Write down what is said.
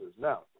now